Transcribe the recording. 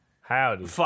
Howdy